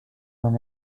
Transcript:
when